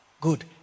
Good